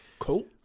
Cool